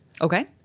okay